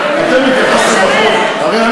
אתם התייחסתם לחוק, אז אני מתייחס לחוק.